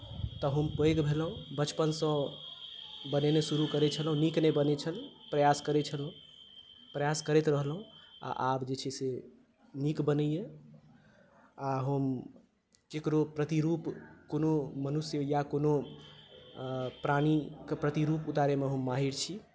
तऽ हम पैघ भेलहुँ बचपनसँ बनेनाइ शुरु करैत छलहुँ नीक नहि बनल छल प्रयास करैत छलहुँ आ प्रयास करैत रहलहुँ आ आब जे छै से नीक बनैए आ हम ककरो प्रतिरूप कोनो मनुष्य या कोनो प्राणिके प्रतिरूप उतारयमे हम माहिर छी